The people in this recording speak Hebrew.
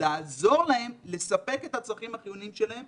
לעזור להם לספק את הצרכים החיוניים שלהם